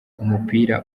umupira